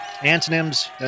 Antonyms